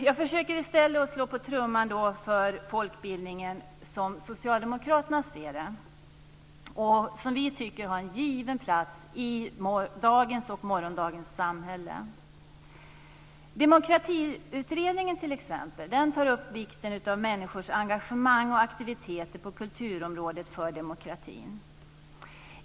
Jag försöker i stället att slå på trumman för folkbildningen som socialdemokraterna ser det och som vi tycker har en given plats i dagens och morgondagens samhälle. Demokratiutredningen tar t.ex. upp vikten av människors engagemang och aktiviteter på kulturområdet för demokratin.